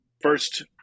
first